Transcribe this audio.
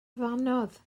ddannoedd